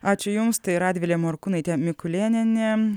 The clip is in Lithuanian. ačiū jums tai radvilė morkūnaitė mikulėnienė